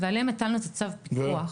ועליהן הטלנו את צו הפיקוח.